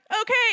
okay